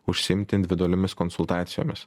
užsiimti individualiomis konsultacijomis